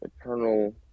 eternal